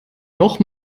noch